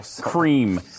cream